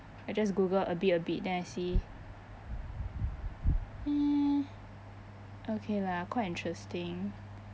I just google a bit a bit then I see eh okay lah quite interesting